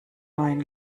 neuen